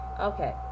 Okay